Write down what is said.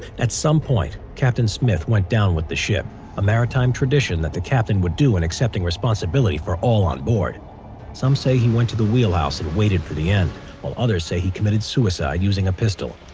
at some point captain smith went down with the ship a maritime tradition that the captain would do in accepting responsibility for all on board some say he went to the wheelhouse and waited for the end while others say he committed suicide using a pistol